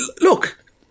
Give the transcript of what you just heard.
look